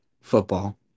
football